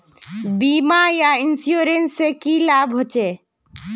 बीमा या इंश्योरेंस से की लाभ होचे?